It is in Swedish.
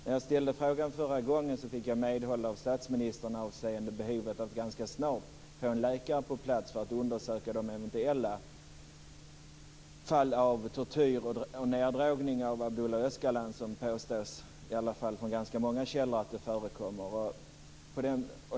När jag ställde frågan förra gången fick jag medhåll från statsministern avseende behovet av att ganska snart få en läkare på plats för att undersöka de eventuella fall av tortyr och neddrogningar av Abdullah Öcalan som ganska många källor påstår förekommer.